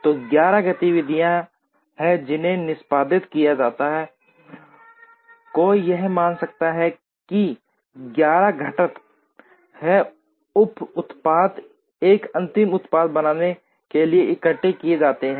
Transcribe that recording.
तो 11 गतिविधियाँ हैं जिन्हें निष्पादित किया जाना है कोई यह मान सकता है कि 11 घटक हैं उप उत्पाद एक अंतिम उत्पाद बनाने के लिए इकट्ठे किए जाते हैं